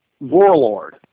warlord